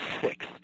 six